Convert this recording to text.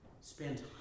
spend